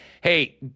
hey